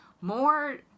more